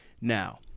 now